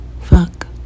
fuck